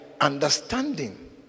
understanding